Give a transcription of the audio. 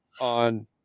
on